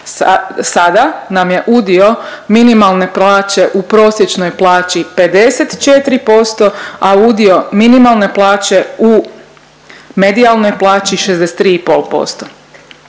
sada nam je udio minimalne plaće u prosječnoj plaći 54%, a udio minimalne plaće u medijalnoj plaći 63,5%.